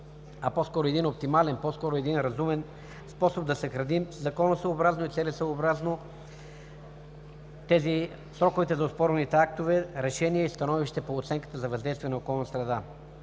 а по-скоро един оптимален, разумен способ да съхраним законосъобразно и целесъобразно тези срокове за оспорваните актове, решения и становище по оценката за въздействие на околната среда.